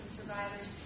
survivors